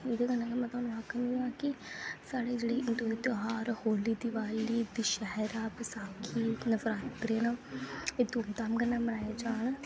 एह्दे कन्नै में तोआनूं आखग की साढ़े जेह्ड़े हिंदू त्योहार होली दिवाली दशैहरा बसाखी नवरात्रे एह् धूमधाम कन्नै मनाए जान